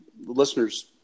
listeners